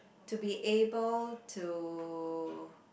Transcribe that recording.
to be able to